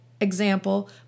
example